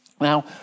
Now